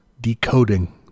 decoding